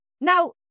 Now